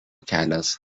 kelias